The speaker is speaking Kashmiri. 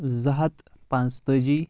زٕ ہتھ پانٛژ تٲجی